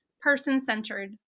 person-centered